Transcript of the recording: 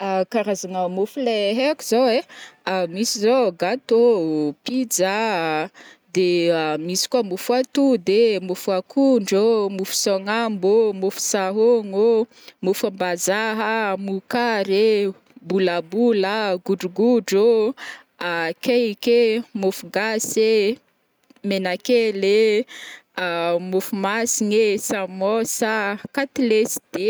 karazagna môfo leha haiko zao ai: misy zao gâteau, pizza, de misy koa môfo atody ee, môfo akondro ô, môfo saognambo ô, môfo sahôgno ô, môfo ambazaha, mokary ee, bolabola, godrogodro ô, cake ee, môfo gasy ee, menakely ee, môfo masigna ee, samaosa, katlesy de.